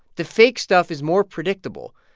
the fake stuff is more predictable.